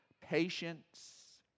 patience